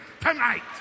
tonight